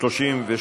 1 2 נתקבלו.